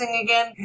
Again